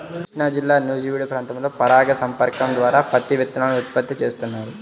కృష్ణాజిల్లా నూజివీడు ప్రాంతంలో పరాగ సంపర్కం ద్వారా పత్తి విత్తనాలను ఉత్పత్తి చేస్తున్నారు